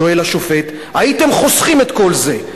שואל השופט, הייתם חוסכים את כל זה.